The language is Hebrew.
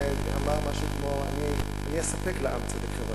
ואמר משהו כמו: אני אספק לעם צדק חברתי.